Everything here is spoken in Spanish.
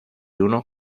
uno